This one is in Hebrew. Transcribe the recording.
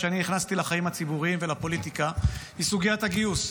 שאני נכנסתי לחיים הציבוריים ולפוליטיקה היא סוגיית הגיוס.